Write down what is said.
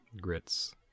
Grits